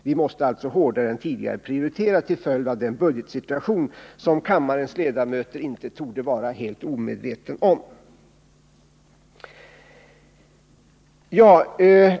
Vi måste alltså hårdare än tidigare prioritera till följd av den budgetsituation som kammarens ledamöter inte torde vara helt omedvetna om.